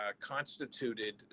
constituted